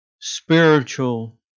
spiritual